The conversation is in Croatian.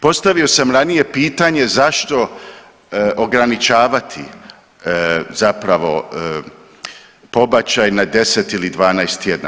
Postavio sam ranije pitanje zašto ograničavati zapravo pobačaj na 10 ili 12 tjedna.